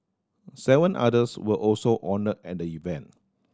seven others were also honoured at the event